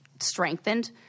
strengthened